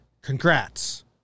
Congrats